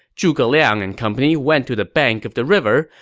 zhuge liang and company went to the bank of the river,